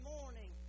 morning